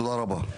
תודה רבה.